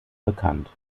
bekannt